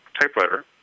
typewriter